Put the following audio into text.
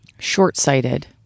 short-sighted